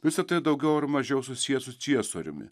visa tai daugiau ar mažiau susiję su ciesoriumi